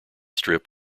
strip